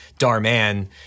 Darman